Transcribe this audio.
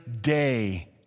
day